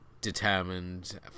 determined